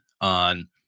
on